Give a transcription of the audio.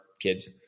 kids